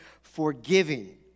forgiving